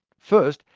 first,